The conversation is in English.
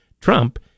Trump